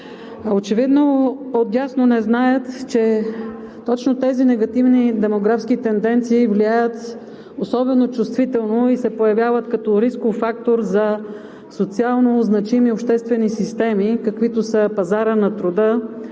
Очевидно отдясно не знаят, че точно тези негативни демографски тенденции влияят особено чувствително и се появяват като рисков фактор за социалнозначими обществени системи, каквито са пазарът на труда,